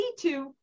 C2